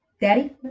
Daddy